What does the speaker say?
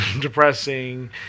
depressing